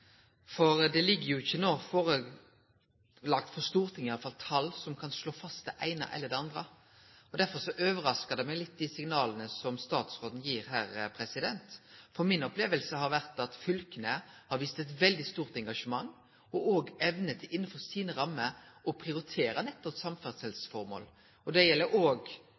Det er ikkje lagt fram for Stortinget tal som slår fast det eine eller det andre. Derfor overraskar dei signala som statsråden gir her, meg litt, for mi oppleving har vore at fylka har vist eit veldig stort engasjement og òg evne til innafor sine rammer til å prioritere nettopp samferdselsformål. Det gjeld